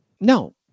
No